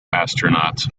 astronauts